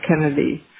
Kennedy